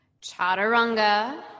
chaturanga